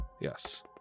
Yes